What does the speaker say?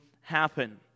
happen